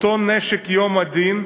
אותו נשק יום הדין,